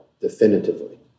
definitively